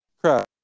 Crap